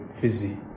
fizzy